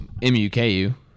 MUKU